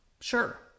Sure